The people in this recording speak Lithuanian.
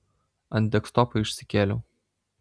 ant desktopo išsikėliau